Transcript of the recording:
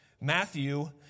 Matthew